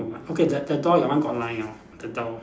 okay that the door your one got line ah the door